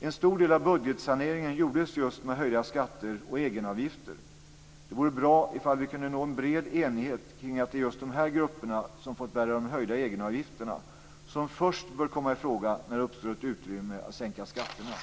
En stor del av budgetsaneringen gjordes just med höjda skatter och egenavgifter. Det vore bra om vi kunde nå en bred enighet kring att det just är de grupper som har fått bära de höjda egenavgifterna som först bör komma i fråga när det uppstår ett utrymme för att sänka skatterna.